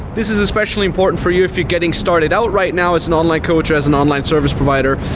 this is especially important for you if you're getting started out right now as an online coach, as an online service provider.